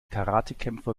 karatekämpfer